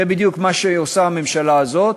זה בדיוק מה שעושה הממשלה הזאת,